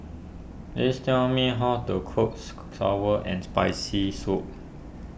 please tell me how to cook Sour and Spicy Soup